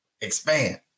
expand